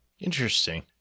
Interesting